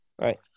Right